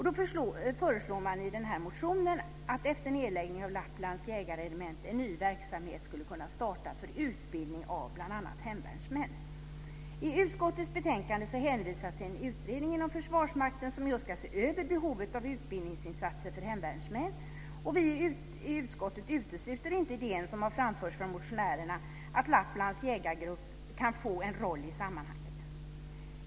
I motionen föreslås att efter nedläggningen av Lapplands jägarregemente en ny verksamhet startas för utbildning av bl.a. hemvärnsmän. I utskottets betänkande hänvisas det till en utredning inom Försvarsmakten som just ska se över behovet av utbildningsinssatser för hemvärnsmän. Vi i utskottet utesluter inte den idé som framförts från motionärerna om att Lapplands jägargrupp kan få en roll i sammanhanget.